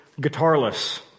guitarless